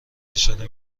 اشاره